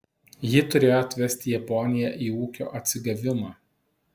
ji turėjo atvesti japoniją į ūkio atsigavimą